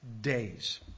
days